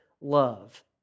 love